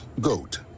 Goat